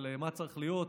מה צריך להיות,